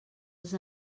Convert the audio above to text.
els